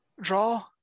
draw